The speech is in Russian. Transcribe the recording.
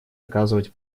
оказывать